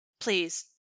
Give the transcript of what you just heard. please